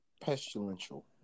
Pestilential